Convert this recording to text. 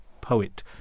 poet